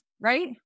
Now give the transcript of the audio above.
Right